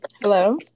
hello